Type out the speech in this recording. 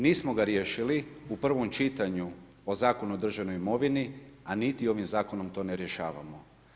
Nismo ga riješili u prvom čitanju o Zakonu o državnoj imovini, a niti ovim Zakonom to ne rješavamo.